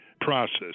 process